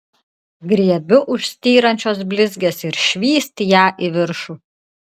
griebiu už styrančios blizgės ir švyst ją į viršų